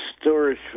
storage